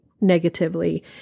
negatively